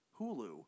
Hulu